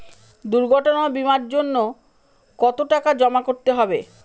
দুর্ঘটনা বিমার জন্য কত টাকা জমা করতে হবে?